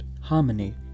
harmony